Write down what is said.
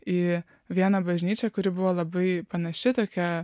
į vieną bažnyčią kuri buvo labai panaši tokia